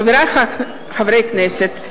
חברי חברי הכנסת,